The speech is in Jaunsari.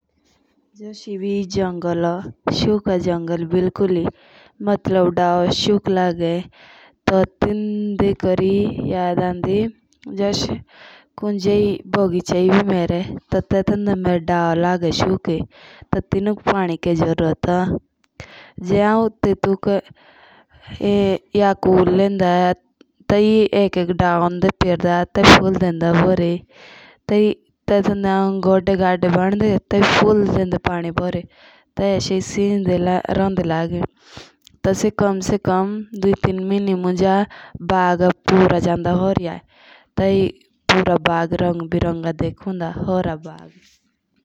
जूस एभी हम बेर एक किलो चिकन होन तो सबसे उम्र तो टेटुक धोनो पोडनो। टीबी कुकरोंदो सबसे उम्र तो तेल पोडनो गर्नो टेटके बुरा गिरा धनिया टमाटर पियाज। टेटके बैड चिकन पोडनो डाल्नो टीबी पानी पोडो गर्नो.टीबी टेटोक सिटानो डेनो टेटके बैड टेटुक टेस्ट कोरनो की चिट भी रो की नी या जे चिट रोलो तो होइनी गो खानोक।